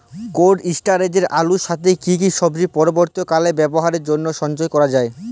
Cold স্টোরেজে আলুর সাথে কি কি সবজি পরবর্তীকালে ব্যবহারের জন্য সঞ্চয় করা যায়?